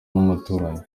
n’umuturanyi